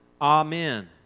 Amen